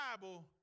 Bible